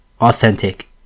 Authentic